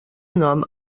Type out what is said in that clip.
nom